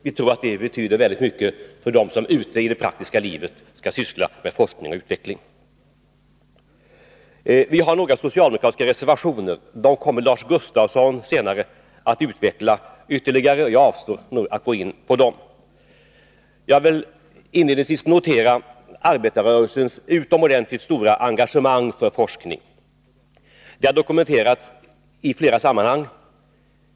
Vi tror att det betyder mycket för dem som ute i det praktiska livet skall syssla med forskning och utveckling. Vi har avgett några socialdemokratiska reservationer. Dessa kommer Lars Gustafsson senare att redogöra för, och jag avstår från att gå in på dem. Jag vill inledningsvis erinra om arbetarrörelsens utomordentligt stora engagemang för forskning. Det har dokumenterats i flera sammanhang.